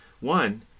One